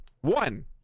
one